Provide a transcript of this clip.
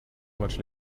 much